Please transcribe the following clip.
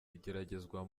igeragezwa